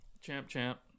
Champ-champ